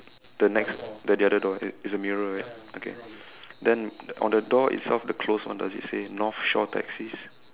the next the the other door is a mirror right okay then on the door itself the closed one does it say north shore taxis